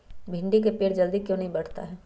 भिंडी का पेड़ जल्दी क्यों नहीं बढ़ता हैं?